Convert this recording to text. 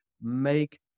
make